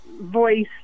voice